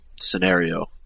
scenario